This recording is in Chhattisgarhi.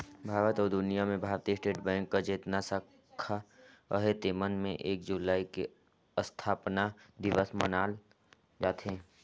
भारत अउ दुनियां में भारतीय स्टेट बेंक कर जेतना साखा अहे तेमन में एक जुलाई के असथापना दिवस मनाल जाथे